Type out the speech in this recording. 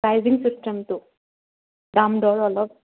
pricing চিষ্টমটো দাম দৰ অলপ